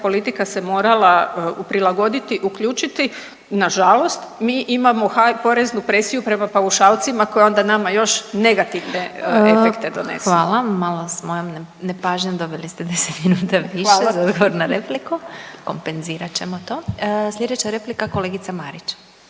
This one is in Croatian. politika se morala uprilagoditi, uključiti. Nažalost, mi imamo poreznu presiju prema paušalcima koja onda nama još negativne efekte donese. **Glasovac, Sabina (SDP)** Hvala, malo s mojom nepažnjom dobili ste 10 minuta više za odgovor na repliku …/Upadica: Hvala./… kompenzirat ćemo to. Slijedeća replika kolegica Marić.